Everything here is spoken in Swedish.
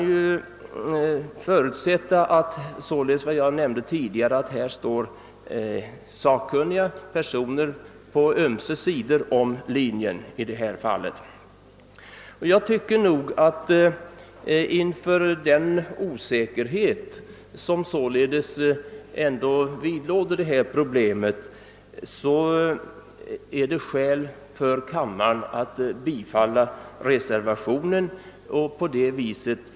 Som jag sade tidigare står sakkunniga personer på ömse sidor om skiljelinjen i detta fall. Jag tycker verkligen att med hänsyn till den osäkerhet som vidlåder problemet är det skäl för kammaren att bifalla reservationen 6.